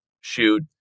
shoot